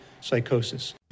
psychosis